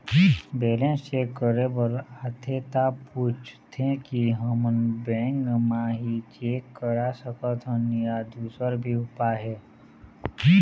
Balance check करे बर आथे ता पूछथें की हमन बैंक मा ही चेक करा सकथन या दुसर भी उपाय हे?